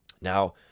Now